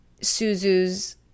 Suzu's